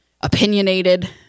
opinionated